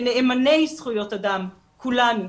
כנאמני זכויות אדם כולנו,